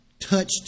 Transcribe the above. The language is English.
touched